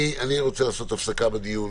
אני רוצה לעשות הפסקה בדיון,